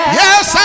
yes